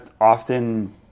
often